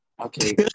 okay